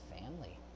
family